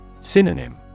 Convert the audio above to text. Synonym